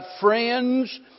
friends